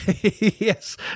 yes